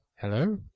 Hello